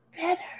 better